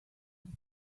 else